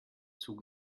zug